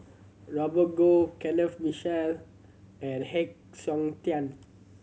Robert Goh Kenneth Mitchell and Heng Siok Tian